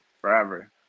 Forever